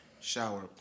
shower